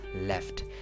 left